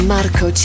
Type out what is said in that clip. Marco